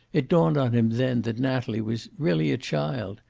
it dawned on him then that natalie was really a child,